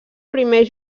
primer